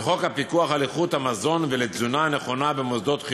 וחוק הפיקוח על איכות המזון ותזונה נכונה במוסדות חינוך,